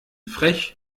frech